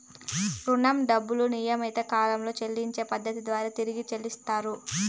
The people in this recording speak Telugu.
రుణం డబ్బులు నియమిత కాలంలో చెల్లించే పద్ధతి ద్వారా తిరిగి చెల్లించుతరు